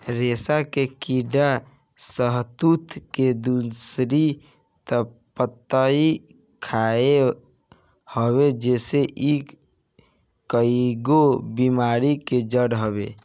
रेशम के कीड़ा शहतूत के दूषित पतइ खात हवे जेसे इ कईगो बेमारी के जड़ हवे